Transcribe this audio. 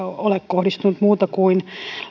ole kohdistunut muuta kuin